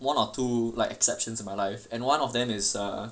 one or two like exceptions in my life and one of them is err